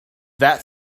that